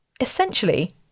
Essentially